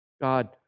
God